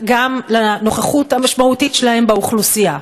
גם לנוכחות המשמעותית שלהן באוכלוסייה,